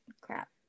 crap